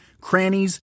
crannies